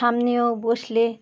সামনেও বসলে